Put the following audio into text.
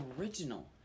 original